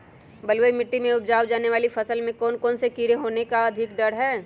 बलुई मिट्टी में उपजाय जाने वाली फसल में कौन कौन से कीड़े होने के अधिक डर हैं?